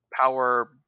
power